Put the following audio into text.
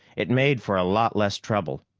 it made for a lot less trouble.